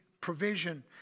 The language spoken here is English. Provision